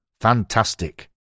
fantastic